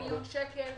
מזל שקיבלת מכה.